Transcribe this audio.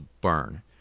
burn